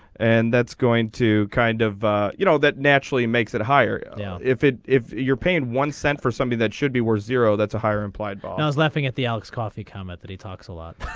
and. that's going to kind of you know that naturally makes it. higher now yeah if it if you're paying one cent for something that should be worth zero that's a higher implied. but yeah was laughing at the alex coffey comment that he talks a lot.